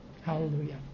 Hallelujah